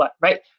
right